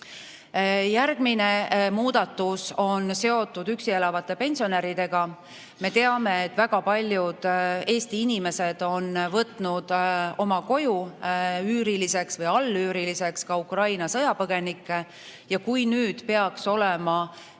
Järgmine muudatus on seotud üksi elavate pensionäridega. Me teame, et väga paljud Eesti inimesed on võtnud oma koju üüriliseks või allüüriliseks Ukraina sõjapõgenikke ja kui nüüd peaks olema